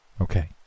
Okay